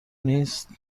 نیست